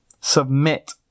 Submit